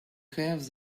have